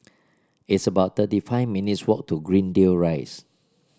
it's about thirty five minutes' walk to Greendale Rise